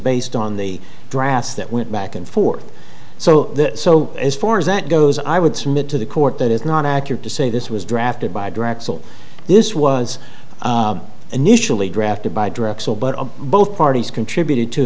based on the drafts that went back and forth so so as far as that goes i would submit to the court that it's not accurate to say this was drafted by drexel this was initially drafted by drexel but both parties contributed to